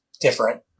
different